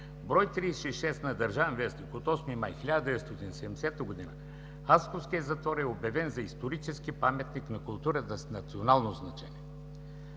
брой 36 на „Държавен вестник” от 8 май 1970 г. Хасковският затвор е обявен за исторически паметник на културата с национално значение.